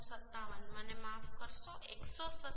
57 મને માફ કરશો 157 0